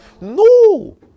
No